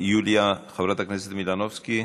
חברת הכנסת יוליה מלינובסקי,